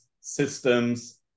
systems